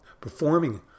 performing